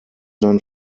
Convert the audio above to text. sein